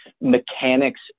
mechanics